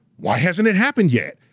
why hasn't it happened yet,